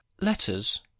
Letters